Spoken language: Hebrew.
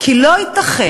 כי לא ייתכן